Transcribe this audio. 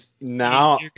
Now